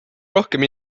rohkem